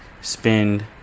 spend